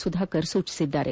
ಸುಧಾಕರ್ ಸೂಚಿಸಿದ್ದಾರೆ